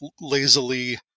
lazily